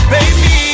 Baby